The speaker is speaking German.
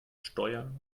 steuer